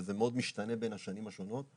וזה מאוד משתנה בין השנים השונות.